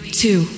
two